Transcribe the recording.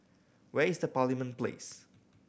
where is the Parliament Place